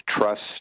trust